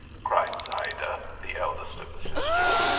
cried zayda, the eldest of the sisters.